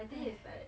!hais!